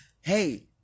hey